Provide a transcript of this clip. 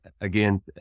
again